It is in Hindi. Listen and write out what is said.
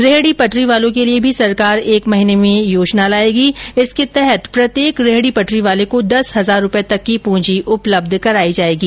रेहडी पटरी वालों के लिए भी सरकार एक माह में योजना लाएगी जिसके तहत प्रत्येक रेहड़ी पटरी वाले को दस हजार रूपए तक की प्रंजी उपलब्ध करायी जाएगी